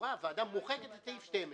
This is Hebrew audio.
שלכאורה הוועדה מוחקת את סעיף 12,